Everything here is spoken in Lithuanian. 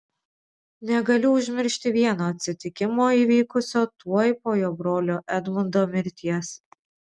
negaliu užmiršti vieno atsitikimo įvykusio tuoj po jo brolio edmundo mirties